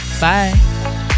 bye